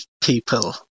people